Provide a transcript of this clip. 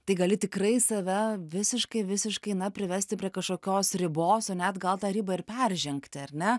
tai gali tikrai save visiškai visiškai na privesti prie kažkokios ribos o net gal tą ribą ir peržengti ar ne